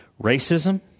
Racism